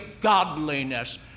godliness